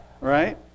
right